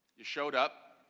you showed up.